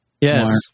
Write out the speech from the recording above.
Yes